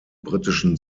britischen